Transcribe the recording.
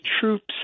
troops